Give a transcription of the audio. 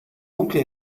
dunkle